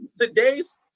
today's